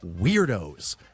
weirdos